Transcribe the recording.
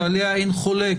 שעליה אין חולק,